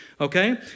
Okay